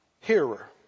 hearer